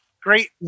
Great